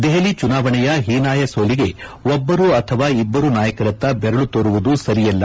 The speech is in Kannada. ದೆಹಲಿ ಚುನಾವಣೆಯ ಹೀನಾಯ ಸೋಲಿಗೆ ಒಬ್ಬರು ಅಥವಾ ಇಬ್ಬರು ನಾಯಕರತ್ತ ದೆರಳು ತೋರುವುದು ಸರಿಯಲ್ಲ